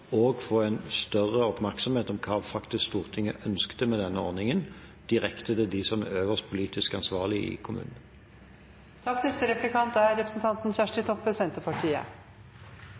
få større oppmerksomhet om hva Stortinget faktisk ønsket med denne ordningen direkte hos dem som er de øverste politisk ansvarlige i